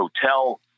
hotel